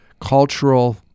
cultural